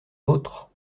vôtres